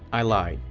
i lied,